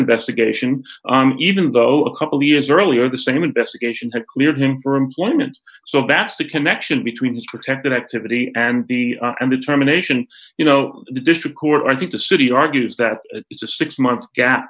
investigation even though a couple years earlier the same investigation had cleared him for employment so that's the connection between these protected activity and the and determination you know the district court i think the city argues that the six month gap